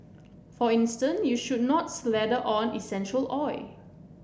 for instance you should not slather on essential oil